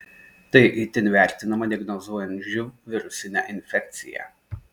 tai itin vertinama diagnozuojant živ virusinę infekciją